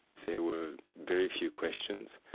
there were very few questions.